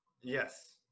Yes